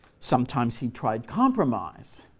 sometimes he tried compromise,